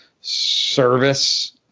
service